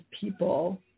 people